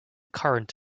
current